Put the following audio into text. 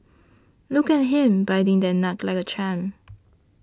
look at him biting that nut like a champ